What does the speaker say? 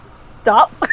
stop